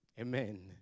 Amen